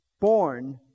born